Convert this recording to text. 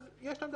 אז יש להם את